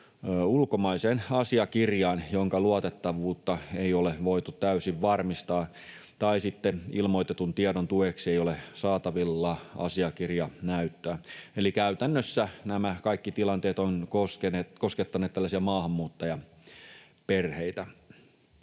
ulkomaiseen asiakirjaan, jonka luotettavuutta ei ole voitu täysin varmistaa, tai sitten ilmoitetun tiedon tueksi ei ole saatavilla asiakirjanäyttöä. Eli käytännössä nämä kaikki tilanteet ovat koskettaneet maahanmuuttajaperheitä.